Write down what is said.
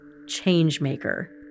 Changemaker